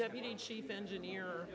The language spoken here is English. deputy chief engineer